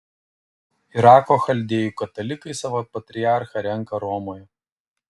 irako chaldėjų katalikai savo patriarchą renka romoje